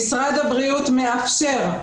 משרד הבריאות מאפשר,